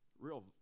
real